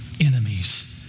enemies